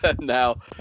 Now